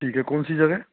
ठीक है कौनसी जगह